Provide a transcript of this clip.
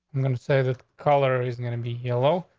i'm going to say that color is and gonna be hell. oh,